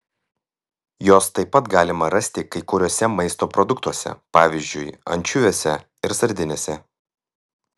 jos taip pat galima rasti kai kuriuose maisto produktuose pavyzdžiui ančiuviuose ir sardinėse